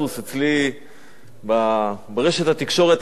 ברשת התקשורת החדשה שיש לברך עליה,